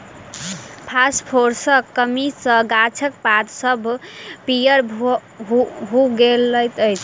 फासफोरसक कमी सॅ गाछक पात सभ पीयर हुअ लगैत छै